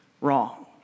wrong